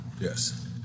Yes